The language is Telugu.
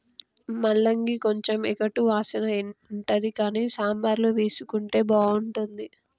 ముల్లంగి కొంచెం ఎగటు వాసన ఉంటది కానీ సాంబార్ల వేసుకుంటే బాగుంటుంది